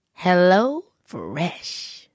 HelloFresh